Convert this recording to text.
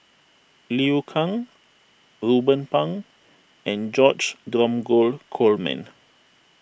Liu Kang Ruben Pang and George Dromgold Coleman